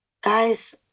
guys